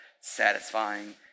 satisfying